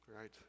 Right